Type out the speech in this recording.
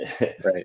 right